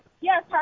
Yes